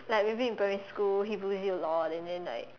like maybe in primary school he bully you a lot and then like